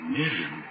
million